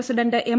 president M